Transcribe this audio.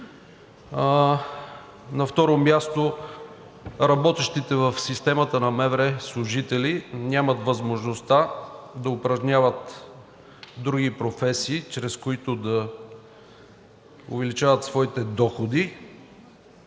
На второ място, работещите в системата на МВР служители нямат възможността да упражняват други професии, чрез които да увеличават своите доходи,